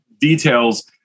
details